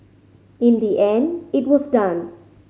in the end it was done